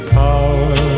power